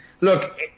Look